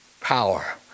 power